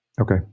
Okay